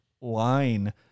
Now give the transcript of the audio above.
line